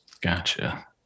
Gotcha